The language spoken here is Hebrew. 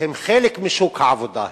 הם חלק משוק העבודה,